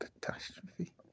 catastrophe